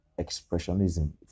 expressionism